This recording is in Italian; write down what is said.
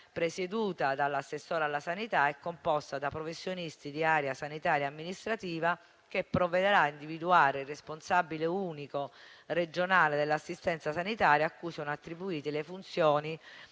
presieduta dall'assessore alla sanità e composta da professionisti di area sanitaria e amministrativa, che provvederà a individuare il responsabile unico regionale dell'assistenza sanitaria, a cui sono attribuite le funzioni